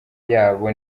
yabo